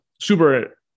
Super